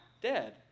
dead